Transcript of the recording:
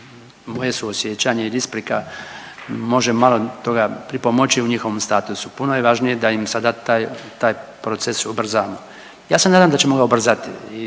moje suosjećanje i isprika može malo toga pripomoći u njihovom statusu. Puno je važnije da im sada taj proces ubrzamo. Ja se nadam da ćemo ga ubrzati